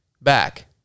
back